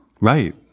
right